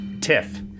TIFF